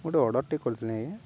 ଗୋଟେ ଅର୍ଡ଼ରଟେ କରିଥିଲି ଆଜ୍ଞା